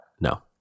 No